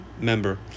member